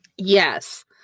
Yes